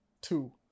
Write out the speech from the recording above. Two